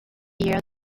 year